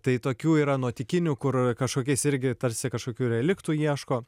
tai tokių yra nuotykinių kur kažkokiais irgi tarsi kažkokių reliktų ieško